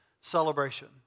celebration